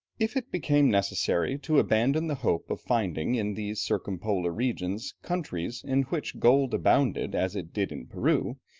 if it became necessary to abandon the hope of finding in these circumpolar regions countries in which gold abounded as it did in peru,